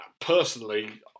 Personally